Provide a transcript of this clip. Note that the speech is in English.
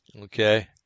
Okay